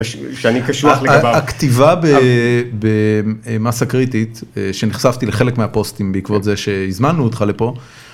הכתיבה ב.. במסה קריטית, שנחשפתי לחלק מהפוסטים בעקבות זה שהזמנו אותך לפה.